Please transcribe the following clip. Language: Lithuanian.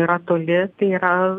yra toli tai yra